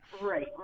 Right